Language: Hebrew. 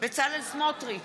בצלאל סמוטריץ,